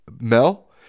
Mel